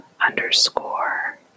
underscore